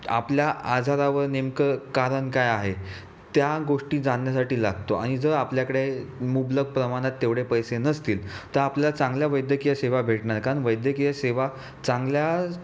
आपल्या आजारावर नेमकं कारण काय आहे त्या गोष्टी जाणण्यासाठी लागतो आणि जर आपल्याकडे मुबलक प्रमाणात तेवढे पैसे नसतील तर आपल्या चांगल्या वैद्यकीय सेवा भेटणार नाही कारण वैद्यकीय सेवा चांगल्या